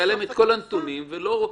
היו להם את כל הנתונים והם לא חקרו.